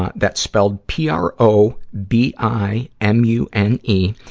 ah that's spelled p r o b i m u n e.